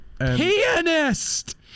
Pianist